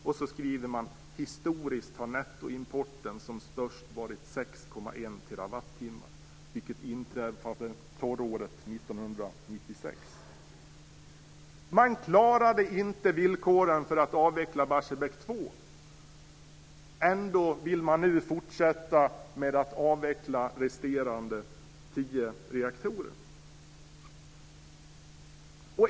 Man skriver vidare: Historiskt har nettoimporten som störst varit 6,1 Man klarade inte villkoren för att avveckla Barsebäck 2. Ändå vill man nu fortsätta att avveckla resterande tio reaktorer.